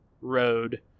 road